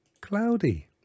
Cloudy